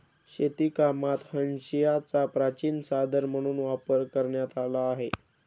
शेतीकामात हांशियाचा प्राचीन साधन म्हणून वापर करण्यात आला आहे